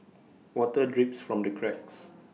water drips from the cracks